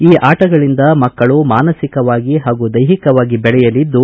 ಈ ಆಟಗಳಿಂದ ಮಕ್ಕಳು ಮಾನಸಿಕವಾಗಿ ಹಾಗೂ ದೈಹಿಕವಾಗಿ ಬೆಳೆಯಲಿದ್ದು